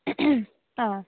आं